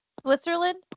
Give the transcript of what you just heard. Switzerland